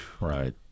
right